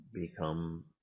become